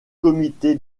comité